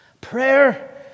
Prayer